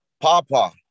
Papa